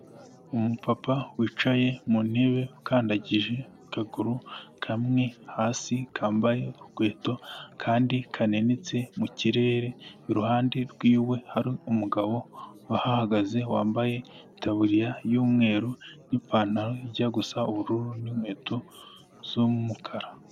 Umupapa wicaye mu ntebe, ukandagije akaguru kamwe hasi kambaye urukweto, akandi kanenetse mu kirere, iruhande rwiwe hari umugabo uhahagaze wambaye itaburiya y'umweru n'ipantaro ijya gusa ubururu n'inkweto z'umukara.